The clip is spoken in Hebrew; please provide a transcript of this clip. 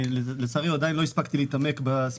לצערי עדיין לא הספקתי להתעמק בסוגיה.